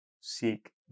seek